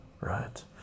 right